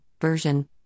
version